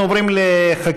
אנחנו עוברים לחקיקה.